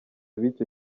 b’icyo